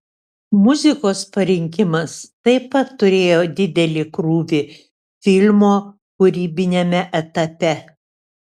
muzikos parinkimas taip pat turėjo didelį krūvį filmo kūrybiniame etape